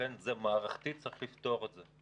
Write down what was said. באופן מערכתי צריך לפתור את זה.